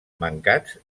mancats